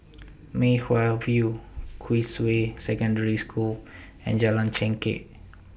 Mei Hwan View Queensway Secondary School and Jalan Chengkek